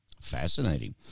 Fascinating